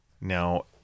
Now